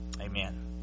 amen